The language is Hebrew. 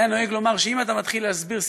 היה נוהג לומר שאם אתה מתחיל להסביר,